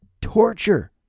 torture